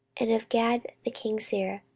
and of gad the king's seer,